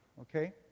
Okay